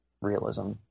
realism